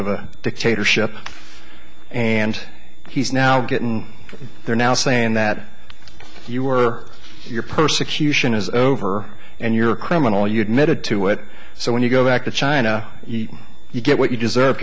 of a dictatorship and he's now getting they're now saying that you were your persecution is over and you're a criminal you admitted to it so when you go back to china you get what you deserve